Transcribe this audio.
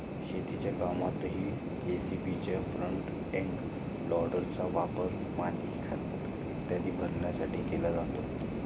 शेतीच्या कामातही जे.सी.बीच्या फ्रंट एंड लोडरचा वापर माती, खत इत्यादी भरण्यासाठी केला जातो